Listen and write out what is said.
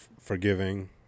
forgiving